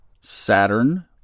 Saturn